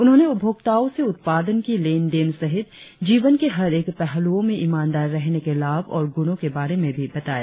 उन्होंने उपभोक्ताओं से उप्तादन की लेन देन सहित जीवन के हर एक पहलुओं में ईमानदार रहने के लाभ और गुणों के बारे में भी बताया